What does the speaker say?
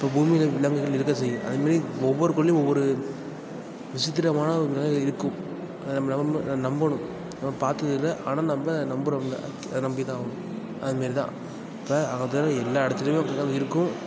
இப்போ பூமியில் விலங்குகள் இருக்கற தான் செய்யும் அதேமாரி ஒவ்வொரு கோள்லேயும் ஒவ்வொரு விசித்திரமான ஒரு விலங்குகள் இருக்கும் அதை நம்ம நம்ம நம்பணும் நம்ம பார்த்ததுல்ல ஆனால் நம்ம நம்புகிறோம்ல அதை நம்பி தான் ஆகணும் அதே மாரி தான் இப்போ அது எல்லா இடத்துலியுமே அப்படி தான் இருக்கும்